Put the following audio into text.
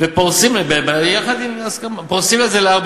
ופורסים את זה לארבע